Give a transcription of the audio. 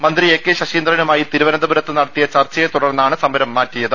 മന്ത്രി A K ശശീ ന്ദ്രനുമായി തിരുവനന്തപുരത്ത് നടത്തിയ ചർച്ചയെ തുടർന്നാണ് സമരം മാറ്റിയത്